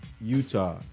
Utah